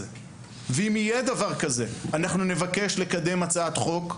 ואם יהיה דבר כזה אנחנו נבקש לקדם הצעת חוק.